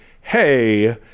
Hey